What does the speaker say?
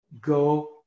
go